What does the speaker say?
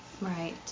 right